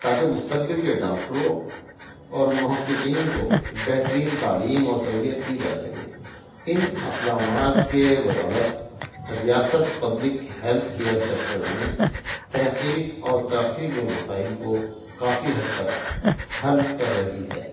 تا کہ مستقبل کے ڈاکٹروں اور محققین کو بہترین تعلیم اور تربیت دی جا سکے ان اقدامات کے بدولت ریاست پبلک ہیلتھ کیئر سیکٹر میں تحقیق اور ترقّی کے مسائل کو کافی حد تک حل کر رہی ہے